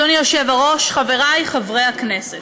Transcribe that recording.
אדוני היושב-ראש, חבריי חברי הכנסת: